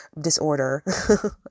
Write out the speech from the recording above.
disorder